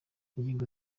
ingingo